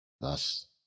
Thus